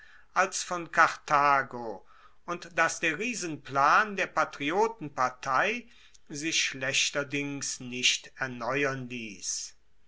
als von karthago und dass der riesenplan der patriotenpartei sich schlechterdings nicht erneuern liess